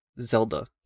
Zelda